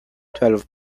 twelve